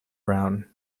brown